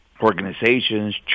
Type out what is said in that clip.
organizations